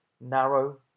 narrow